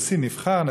נשיא נבחר,